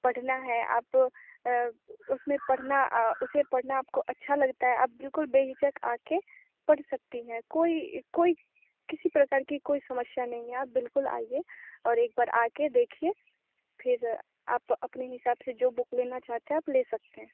पढ़ना है आप उसमें पढ़ना उसे पढ़ना आपको अच्छा लगता है आप बिल्कुल बेहिचक आके पढ़ सकती हैं कोई कोई किसी प्रकार की कोई समस्या नहीं है आप बिल्कुल आइए और एक बार आके देखिए फिर आप अपने हिसाब से जो बुक लेना चाहते हैं आप ले सकते हैं